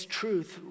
truth